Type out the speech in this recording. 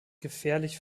gefährlich